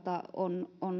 on